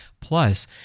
Plus